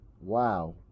wow